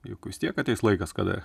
juk vis tiek ateis laikas kada